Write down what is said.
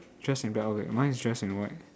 dress in black okay mine is dress in white